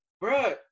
Bro